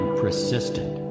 persistent